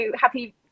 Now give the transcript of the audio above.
happy